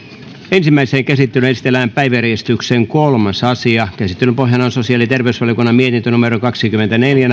ensimmäiseen käsittelyyn esitellään päiväjärjestyksen kolmas asia käsittelyn pohjana on sosiaali ja terveysvaliokunnan mietintö kaksikymmentäneljä